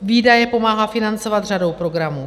Výdaje pomáhá financovat řadou programů.